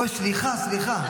אוי, סליחה.